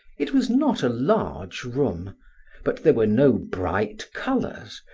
it was not a large room but there were no bright colors,